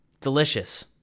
Delicious